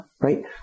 Right